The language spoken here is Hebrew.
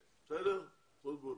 בסדר, בוטבול?